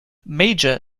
major